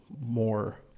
more